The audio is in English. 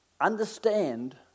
understand